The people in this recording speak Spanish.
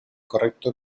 correcto